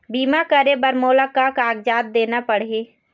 बीमा करे बर मोला का कागजात देना पड़ही?